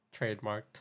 trademarked